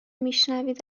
میشنوید